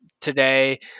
today